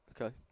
okay